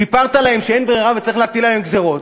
סיפרת להם שאין ברירה וצריך להטיל עליהם גזירות,